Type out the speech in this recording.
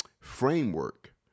framework